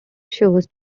shows